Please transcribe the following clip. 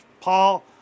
Paul